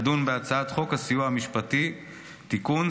תדון בהצעת חוק הסיוע המשפטי (תיקון,